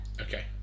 Okay